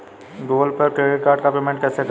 Google पर से credit card का पेमेंट कैसे करें?